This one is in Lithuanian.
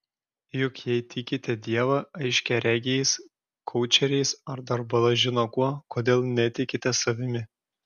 juk jei tikite dievą aiškiaregiais koučeriais ar dar bala žino kuo kodėl netikite savimi